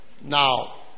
Now